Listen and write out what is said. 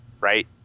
right